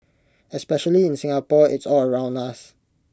especially in Singapore it's all around us